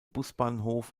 busbahnhof